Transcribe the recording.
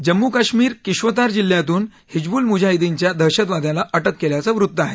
जम्मू काश्मीर किश्वतार जिल्ह्यातून हिजबूल मूजाहिदीनच्या दहशतवाद्याला अटक केल्याचं वृत्त आहे